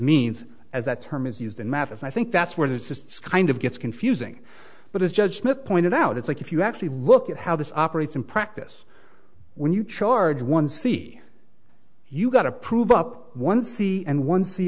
means as that term is used in math and i think that's where the assists kind of gets confusing but his judgment pointed out it's like if you actually look at how this operates in practice when you charge one see you got to prove up one c and one